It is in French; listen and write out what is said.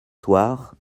soirs